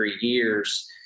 years